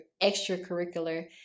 extracurricular